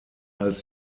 als